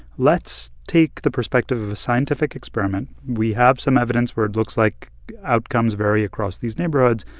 let's take the perspective of a scientific experiment. we have some evidence where it looks like outcomes vary across these neighborhoods.